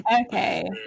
okay